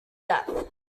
death